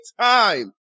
time